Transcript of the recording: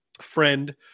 friend